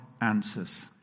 answers